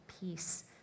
peace